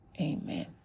amen